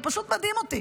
זה פשוט מדהים אותי.